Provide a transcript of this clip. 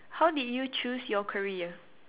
how did you choose your career